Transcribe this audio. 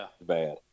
bad